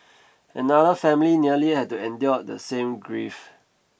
another family nearly had to endure the same grief